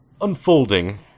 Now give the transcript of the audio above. unfolding